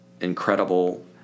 incredible